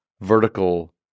vertical